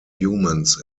humans